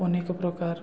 ଅନେକ ପ୍ରକାର